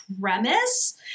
premise